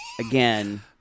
again